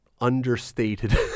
understated